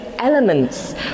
elements